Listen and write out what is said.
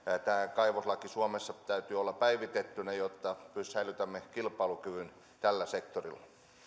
kaivoslain suomessa täytyy olla päivitettynä jotta säilytämme kilpailukyvyn tällä sektorilla